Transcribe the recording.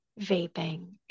vaping